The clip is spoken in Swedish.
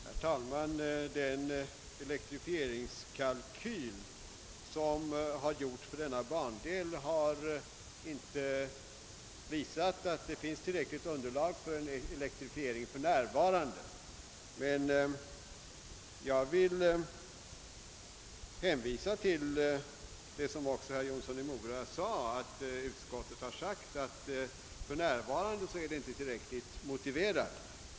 Herr talman! Den elektrifieringskalkyl som har gjorts för denna bandel har inte visat att det finns tillräckligt underlag för en elektrifiering för närvarande. Men jag vill — vilket också herr Jonsson i Mora gjorde — understryka att utskottet har skrivit att elektrifieringen »för närvarande» inte är motiverad.